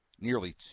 nearly